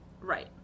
Right